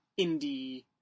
indie